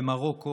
במרוקו,